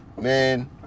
Man